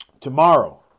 Tomorrow